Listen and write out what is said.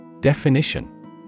Definition